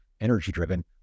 energy-driven